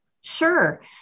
Sure